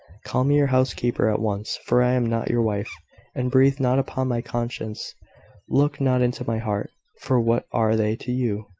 call me your housekeeper at once for i am not your wife and breathe not upon my conscience look not into my heart for what are they to you?